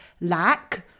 lack